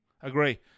Agree